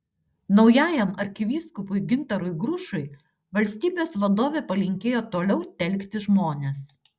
naujajam arkivyskupui gintarui grušui valstybės vadovė palinkėjo toliau telkti žmones